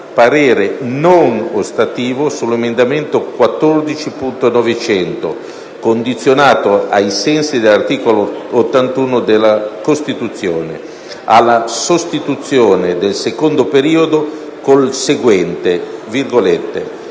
parere non ostativo sull'emendamento 14.900, condizionato ai sensi dell'articolo 81 della Costituzione, alla sostituzione del secondo periodo con il seguente: